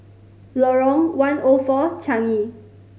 Lorong One O Four Changi